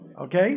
Okay